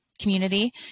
community